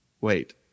wait